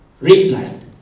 replied